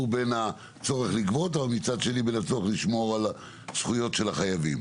בין הצורך לגבות ומצד שני הצורך לשמור על זכויות של החייבים.